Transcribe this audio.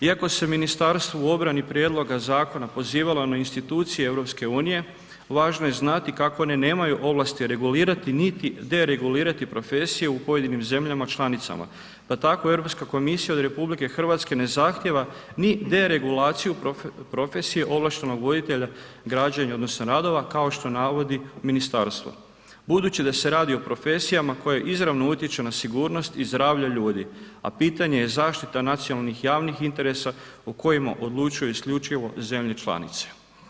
Iako se ministarstvo u obrani prijedloga zakona pozivalo na institucije EU-a, važno je znati kako one nemaju ovlasti regulirati niti deregulirati profesije u pojedinim zemljama članicama pa tako Europska komisija od RH ne zahtijeva ni deregulaciju profesije ovlaštenog voditelja građenja odnosno radova kao što navodi ministarstvo budući da se radi o profesijama koje izravno utječu na sigurnost i zdravlje ljudi a pitanje je zaštita nacionalnih javnih interesa u kojima odlučuje isključivo zemlje članice.